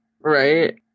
Right